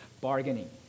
bargaining